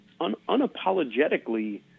unapologetically